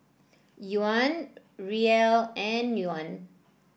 Yuan Riel and Yuan